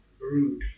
rude